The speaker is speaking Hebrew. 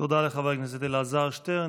תודה לחבר הכנסת אלעזר שטרן.